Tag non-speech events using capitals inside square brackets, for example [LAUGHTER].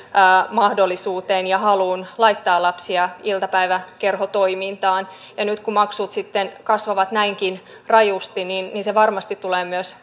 mahdollisuuteen ja haluun laittaa lapsia iltapäiväkerhotoimintaan ja nyt kun maksut sitten kasvavat näinkin rajusti niin niin se varmasti tulee myös [UNINTELLIGIBLE]